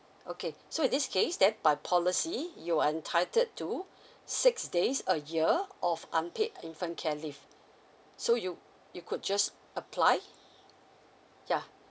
okay so in this case then by policy you're entitled to six days a year of unpaid infant care leave so you you could just apply yeah